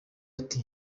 ati